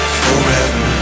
forever